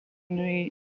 les